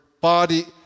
body